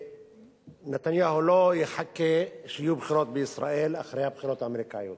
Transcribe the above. נתניהו לא יחכה שיהיו בחירות בישראל אחרי הבחירות האמריקניות.